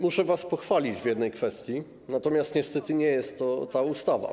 Muszę was pochwalić w jednej kwestii, natomiast niestety nie jest to ta ustawa.